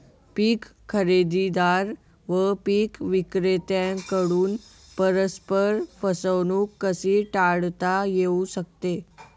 पीक खरेदीदार व पीक विक्रेत्यांकडून परस्पर फसवणूक कशी टाळता येऊ शकते?